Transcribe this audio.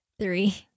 three